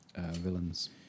villains